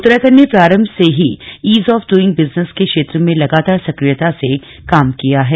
उत्तराखण्ड में प्रारम्भ से ही ईज ऑफ डूईग बिजनेस के क्षेत्र में लगातार सक्रियता से कार्य किया है